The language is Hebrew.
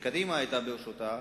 שקדימה היתה בראשותה,